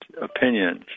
opinions